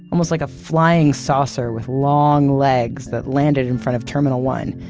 almost like a flying saucer with long legs that landed in front of terminal one.